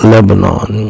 Lebanon